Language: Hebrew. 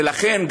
ולכן,